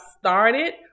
started